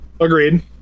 Agreed